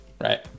Right